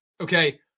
Okay